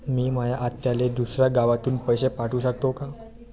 मी माया आत्याले दुसऱ्या गावातून पैसे पाठू शकतो का?